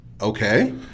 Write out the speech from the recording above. Okay